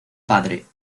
padre